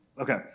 Okay